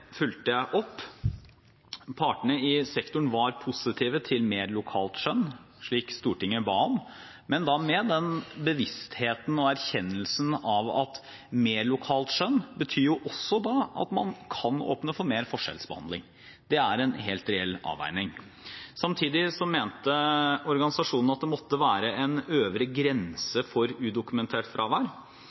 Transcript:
fulgte jeg opp. Partene i sektoren var positive til mer lokalt skjønn, slik Stortinget ba om, men med bevisstheten om og erkjennelsen av at mer lokalt skjønn også betyr at man kan åpne for mer forskjellsbehandling. Det er en helt reell avveining. Samtidig mente organisasjonene at det måtte være en øvre grense for udokumentert fravær,